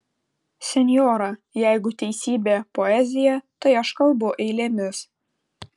senjora jeigu teisybė poezija tai aš kalbu eilėmis